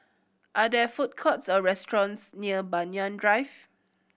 are there food courts or restaurants near Banyan Drive